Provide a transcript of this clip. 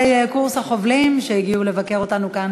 קורס החובלים שהגיעו לבקר אותנו כאן,